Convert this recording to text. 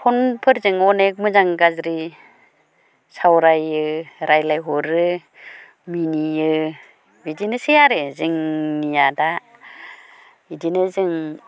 फनफोरजोंनो अनेख मोजां गाज्रि सावरायो रायज्लायहरो मिनियो बिदिनोसै आरो जोंनिया दा इदिनो जों